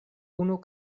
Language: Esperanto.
unu